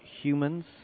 humans